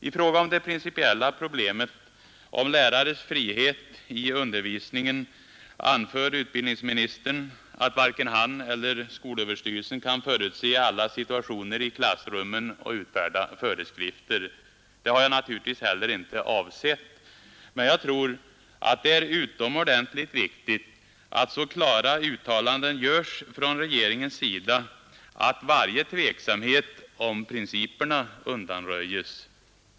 I fråga om det principiella problemet om lärares frihet i undervisningen anför utbildningsministern att varken han eller skolöverstyrelsen kan förutse alla situationer i klassrummen och utfärda föreskrifter. Det har jag naturligtvis heller inte avsett, men jag tror det är utomordentligt viktigt att så klara uttalanden göres från regeringens sida att varje tveksamhet om principerna undanröjes.